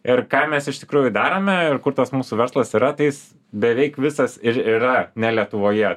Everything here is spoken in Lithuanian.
ir ką mes iš tikrųjų darome ir kur tas mūsų verslas yra tai jis beveik visas ir yra ne lietuvoje